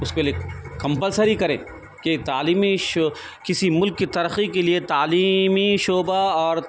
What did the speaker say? اس کے لیے کمپلسری کرے کہ تعلیمی شو کسی ملک کی ترقی کے لیے تعلیمی شعبہ اور